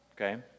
Okay